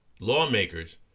lawmakers